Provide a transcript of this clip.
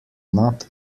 not